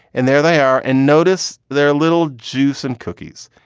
and there they are. and notice their little juice and cookies.